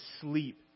sleep